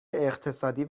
اقتصادی